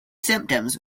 symptoms